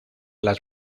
las